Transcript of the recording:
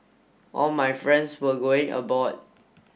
all my friends were going aboard